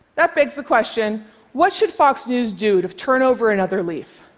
that begs the question what should fox news do to turn over another leaf?